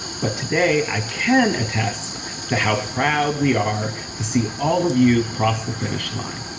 but today i can attest to how proud we are to see all of you across the finish line